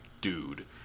dude